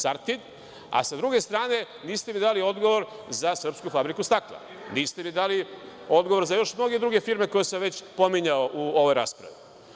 S druge strane, niste mi dali odgovor za Srpsku fabriku stakla, niste mi dali odgovor za još mnoge druge firme koje sam već pominjao u ovoj raspravi.